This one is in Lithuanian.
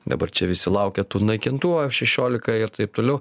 dabar čia visi laukia tų naikintuvų f šešiolika ir taip toliau